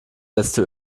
letzte